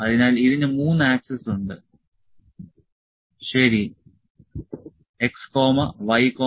അതിനാൽ ഇതിന് 3 ആക്സിസ് ഉണ്ട് ശരി x y z